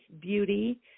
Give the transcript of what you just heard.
beauty